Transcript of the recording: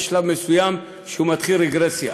יש שלב מסוים שבו מתחילה רגרסיה.